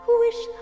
wish